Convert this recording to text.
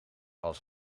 als